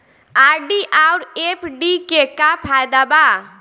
RD आउर FD के का फायदा बा?